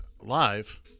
live